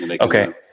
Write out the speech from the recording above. Okay